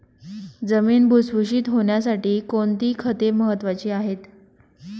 जमीन भुसभुशीत होण्यासाठी कोणती खते महत्वाची आहेत?